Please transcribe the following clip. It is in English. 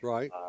Right